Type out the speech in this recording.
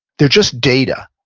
they're just data.